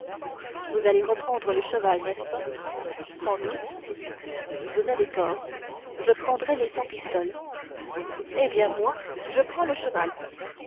vous allez reprendre le cheval n'est-ce pas sans doute vous avez tort je prendrais les cent pistoles vous savez que vous avez joué les harnais contre le cheval